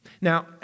Now